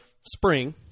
spring